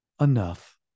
enough